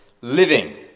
living